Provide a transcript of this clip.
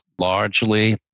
largely